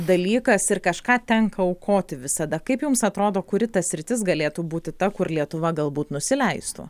dalykas ir kažką tenka aukoti visada kaip jums atrodo kuri ta sritis galėtų būti ta kur lietuva galbūt nusileistų